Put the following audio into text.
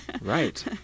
right